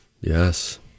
Yes